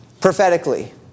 prophetically